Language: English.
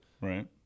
Right